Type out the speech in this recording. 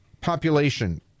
population